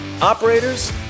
operators